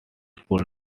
school